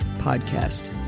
podcast